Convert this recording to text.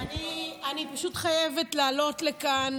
אני פשוט חייבת לעלות לכאן,